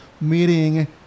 meeting